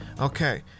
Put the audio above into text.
Okay